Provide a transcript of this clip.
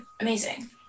amazing